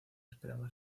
esperaba